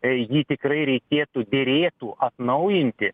jį tikrai reikėtų derėtų atnaujinti